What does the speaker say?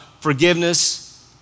forgiveness